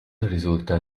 risulta